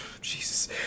Jesus